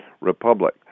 Republic